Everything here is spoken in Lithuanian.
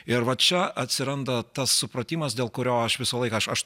ir va čia atsiranda tas supratimas dėl kurio aš visą laiką aš aš